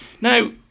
now